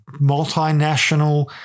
multinational